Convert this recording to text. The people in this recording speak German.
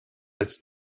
als